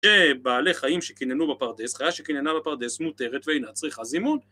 שבעלי חיים שקיננו בפרדס, חיה שקיננה בפרדס מותרת ואינה צריכה זימון